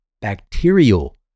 bacterial